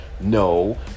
no